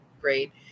great